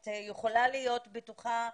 את יכולה להיות בטוחה,